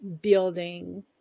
building